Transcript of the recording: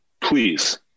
please